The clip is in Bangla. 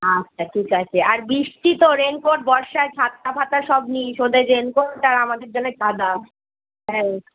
আচ্ছা ঠিক আছে আর বৃষ্টি তো রেনকোট বর্ষায় ছাতা ফাতা সব নিস ওদের রেনকোট আর আমাদের জন্যে ছাতা হ্যাঁ